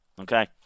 Okay